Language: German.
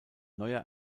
neuer